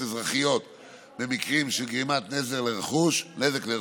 אזרחית במקרים של גרימת נזק לרכוש.